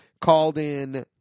called-in